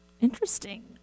Interesting